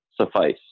suffice